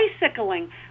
bicycling